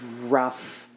rough